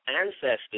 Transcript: ancestors